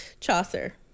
Chaucer